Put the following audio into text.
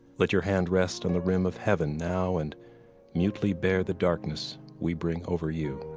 let your hand rest on the rim of heaven now and mutely bear the darkness we bring over you.